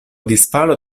disfalo